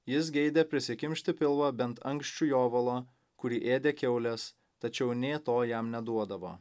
jis geidė prisikimšti pilvą bent anksčių jovalo kurį ėdė kiaulės tačiau nė to jam neduodavo